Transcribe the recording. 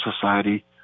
society